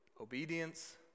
obedience